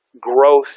growth